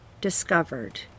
discovered